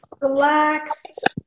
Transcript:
relaxed